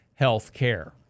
healthcare